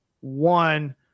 one